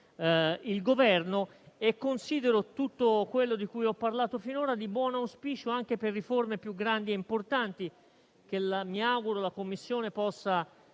il Governo. Considero tutto quello di cui ho parlato finora di buon auspicio anche per riforme più grandi e importanti, che mi auguro la Commissione possa